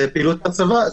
זה פעילות בצבא.